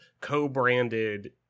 co-branded